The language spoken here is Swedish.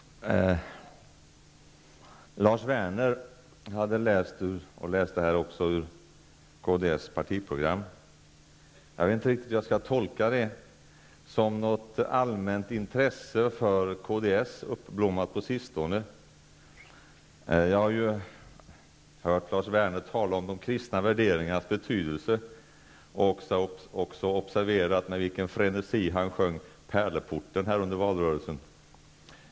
Lars Werner hade läst -- och läste också här ur -- kds partiprogram. Jag vet inte riktigt hur jag skall tolka det -- som något allmänt intresse för kds, uppblommat på sistone? Jag har ju hört Lars Werner tala om de kristna värderingarnas betydelse och också observerat med vilken frenesi han sjungit ''Pärleporten'' under valrörelsen.